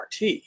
RT